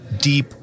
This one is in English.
deep